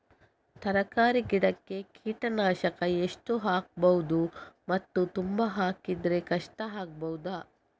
ತರಕಾರಿ ಗಿಡಕ್ಕೆ ಕೀಟನಾಶಕ ಎಷ್ಟು ಹಾಕ್ಬೋದು ಮತ್ತು ತುಂಬಾ ಹಾಕಿದ್ರೆ ಕಷ್ಟ ಆಗಬಹುದ?